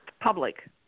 public